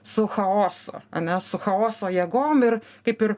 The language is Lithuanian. su chaosu ane su chaoso jėgom ir kaip ir